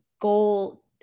goal